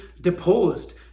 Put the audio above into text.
deposed